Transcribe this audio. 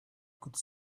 could